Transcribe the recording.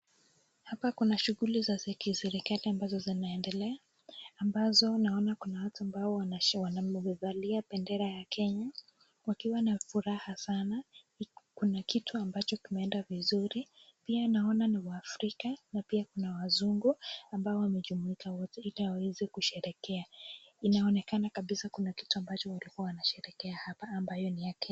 Hapa kuna shughuli za kiserikali ambazo zinaendelea, ambazo naona kuna watu ambao wamevalia bendera ya Kenya, wakiwa na furaha sana. Kuna kitu ambacho kimeenda vizuri. Pia naona ni Waafrika na pia kuna Wazungu ambao wamejumuika wote iliwaweze kusherehekea. Inaonekana kabisa kuna kitu ambacho walikuwa wanasherehekea hapa, ambayo ni ya Kenya.